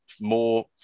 more